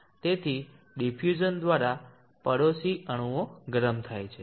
તેથી ડીફ્યુઝન દ્વારા પડોશી અણુઓ ગરમ થાય છે